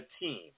team